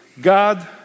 God